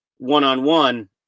one-on-one